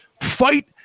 Fight